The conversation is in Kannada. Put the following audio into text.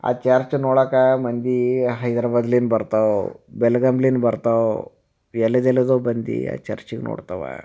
ಆ ಚರ್ಚ್ ನೋಡೋಕ್ಕೆ ಮಂದಿ ಹೈದ್ರಾಬಾದ್ನಿಂದ ಬರ್ತಾವು ಬೆಳಗಾಂವ್ನಿಂದ ಬರ್ತಾವು ಎಲ್ಲಿದೆಲ್ಲಿದೋ ಬಂದು ಆ ಚರ್ಚ್ಗೆ ನೋಡ್ತಾವೆ